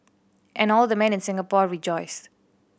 and all the men in Singapore rejoiced